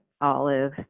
olive